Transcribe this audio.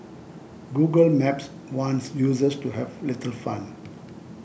Google Maps wants users to have little fun